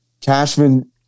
Cashman